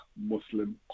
Muslim